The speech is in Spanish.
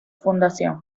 fundación